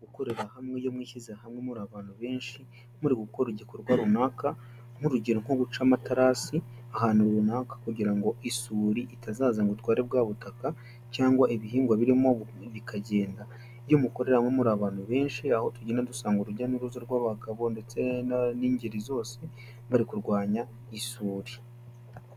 Gukorera hamwe iyo mwishyize hamwe muri abantu benshi muri gukora igikorwa runaka, nk'urugero nko guca amaterasi ahantu runaka kugira ngo isuri itazaza ngo itware bwa butaka cyangwa ibihingwa birimo bikagenda. Iyo mukoreramo muri abantu benshi aho tugenda dusanga urujya n'uruza rw'abagabo ndetse n'ingeri zose muri kurwanya isuri.